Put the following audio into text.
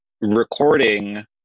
recording